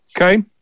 okay